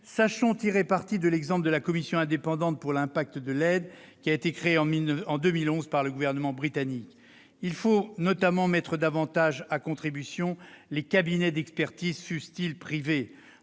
sachons tirer parti de l'exemple de la commission indépendante pour l'impact de l'aide créée en 2011 par le gouvernement britannique ! Il faut notamment mettre davantage à contribution les cabinets d'expertise, fussent-ils privés,